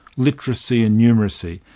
literacy and numeracy,